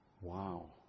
Wow